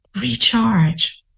Recharge